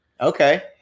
Okay